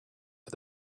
for